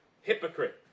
Hypocrite